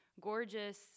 gorgeous